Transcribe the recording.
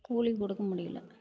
கூலி கொடுக்க முடியலை